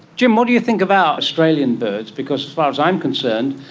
jim, what do you think about australian birds? because as far as i'm concerned,